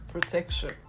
protection